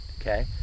okay